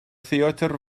theatr